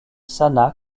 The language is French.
sana